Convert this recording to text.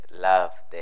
love